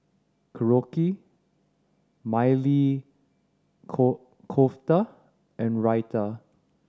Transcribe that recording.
Korokke Maili core Kofta and Raita